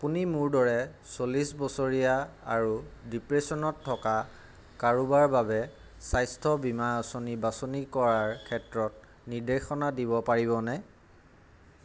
আপুনি মোৰ দৰে চল্লিছ বছৰীয়া আৰু ডিপ্ৰেশ্যনত থকা কাৰোবাৰ বাবে স্বাস্থ্য বীমা আঁচনি বাছনি কৰাৰ ক্ষেত্ৰত নিৰ্দেশনা দিব পাৰিবনে